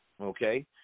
okay